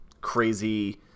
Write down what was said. crazy